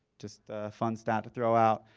just fun stat to throw out.